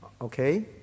Okay